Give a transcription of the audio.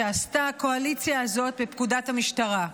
שעשתה הקואליציה הזאת, בפקודת המשטרה.